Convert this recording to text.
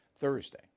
Thursday